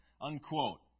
unquote